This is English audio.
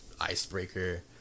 Icebreaker